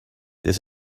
this